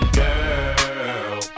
girl